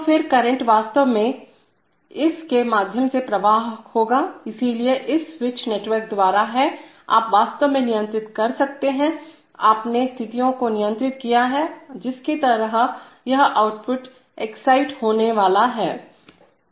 तो फिर करंट वास्तव में इस के माध्यम से प्रवाह होगा इसलिए यह इस स्विच नेटवर्क द्वारा है आप वास्तव में नियंत्रित कर सकते हैं आपने स्थितियों को नियंत्रित किया है जिसके तहत यह आउटपुट एक्साइट होने वाला है